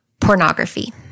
pornography